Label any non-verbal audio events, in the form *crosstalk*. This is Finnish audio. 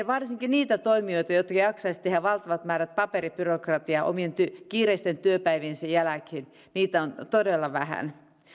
*unintelligible* varsinkin niitä toimijoita jotka jaksaisivat tehdä valtavat määrät paperibyrokratiaa omien kiireisten työpäiviensä jälkeen heitä on todella vähän